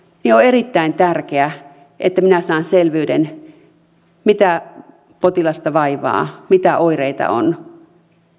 niin on erittäin tärkeää että minä saan selvyyden mikä potilasta vaivaa mitä oireita on